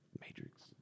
Matrix